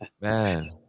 man